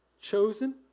chosen